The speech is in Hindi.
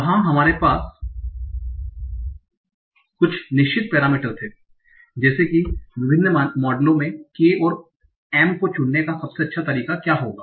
वहां हमारे पास कुछ निश्चित पैरामीटर थे जैसे कि विभिन्न मॉडलों में K और M को चुनने का सबसे अच्छा तरीका क्या होगा